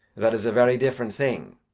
that is a very different thing.